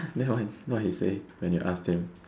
then what he what he say when you asked him